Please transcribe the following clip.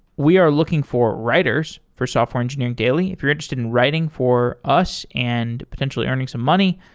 we are looking for writers for software engineering daily. if you're interested in writing for us and potentially earning some money,